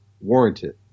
warranted